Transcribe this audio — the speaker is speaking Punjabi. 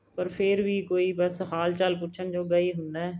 ਪਰ ਫਿਰ ਵੀ ਕੋਈ ਬਸ ਹਾਲ ਚਾਲ ਪੁੱਛਣ ਜੋਗਾ ਹੀ ਹੁੰਦਾ ਹੈ